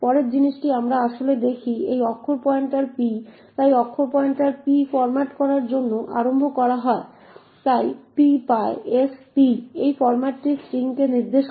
পরের জিনিসটি আমরা আসলে দেখি এই অক্ষর পয়েন্টার p তাই অক্ষর পয়েন্টার p ফর্ম্যাট করার জন্য আরম্ভ করা হয় তাই p পায়s p এই ফর্ম্যাট স্ট্রিংকে নির্দেশ করে